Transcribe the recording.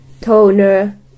toner